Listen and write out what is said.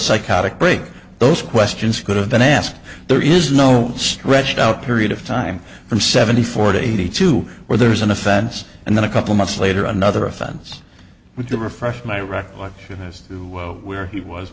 psychotic break those questions could've been asked there is no stretched out period of time from seventy four to eighty two where there was an offense and then a couple months later another offense which to refresh my recollection as to where he was